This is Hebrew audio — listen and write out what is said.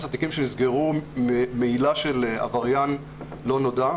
לתיקים שנסגרו בעילה של עבריין לא נודע,